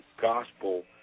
gospel